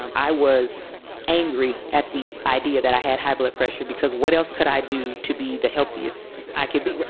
um i was angry at the idea that i had high blood pressure because what else could i do to be the healthiest i could be?